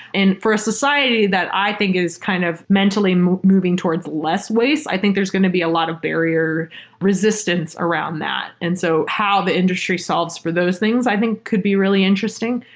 and for a society that i think is kind of mentally moving towards less waste, i think there's going to be a lot of barrier resistance around that. and so how the industry solves for those things i think could be really interesting,